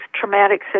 traumatic